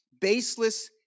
Baseless